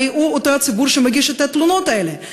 הרי הוא אותו ציבור שמגיש את התלונות האלה.